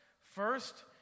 First